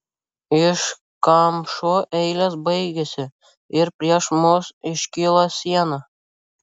iškamšų eilės baigėsi ir prieš mus iškilo siena